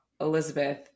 Elizabeth